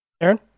Aaron